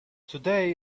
today